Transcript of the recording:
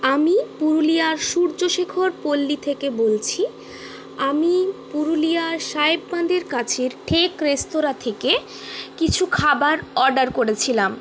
আমি পুরুলিয়ার সূর্যশেখর পল্লী থেকে বলছি আমি পুরুলিয়ার সাহেব বাঁধের কাছের ঠেক রেস্তোরাঁ থেকে কিছু খাবার অর্ডার করেছিলাম